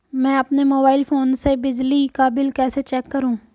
मैं अपने mobile phone से बिजली का बिल कैसे चेक करूं?